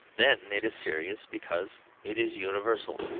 then it is serious, because it is universal.